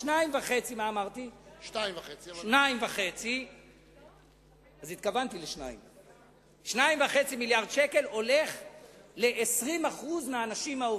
2.5 מיליארדי השקלים הולכים ל-20% מהנשים העובדות.